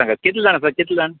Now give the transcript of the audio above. सांगात कितलें जाण आसा कितलें जाण